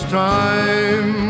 time